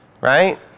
right